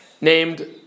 named